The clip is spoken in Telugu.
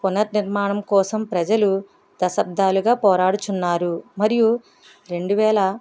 పునర్నిర్మాణం కోసం ప్రజలు దశాబ్దాలుగా పోరాడుతున్నారు మరియు రెండు వేల